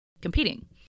competing